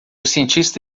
cientista